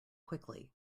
quickly